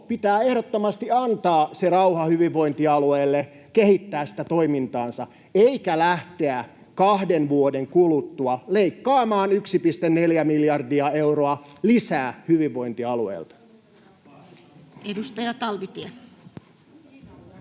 pitää ehdottomasti antaa se rauha hyvinvointialueille kehittää sitä toimintaansa eikä lähteä kahden vuoden kuluttua leikkaamaan 1,4 miljardia euroa lisää hyvinvointialueilta. [Speech 53] Speaker: